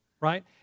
right